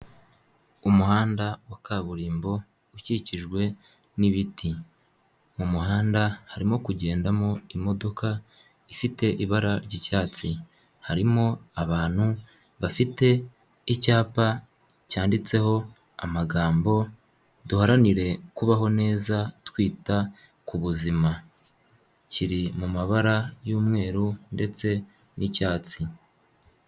Umuhanda wa kaburimbo ukikijwe n'ibiti mu muhanda harimo kugendamo imodoka ifite ibara ry'icyatsi, harimo abantu bafite icyapa cyanditseho amagambo duharanire kubaho neza twita ku buzima kiri mu mabara y'umweru ndetse n'icyatsi.